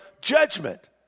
judgment